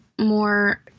more